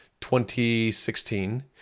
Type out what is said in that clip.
2016